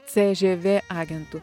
cžv agentu